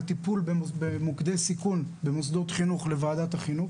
טיפול במוקדי סיכון במוסדות חינוך לוועדת החינוך